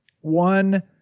One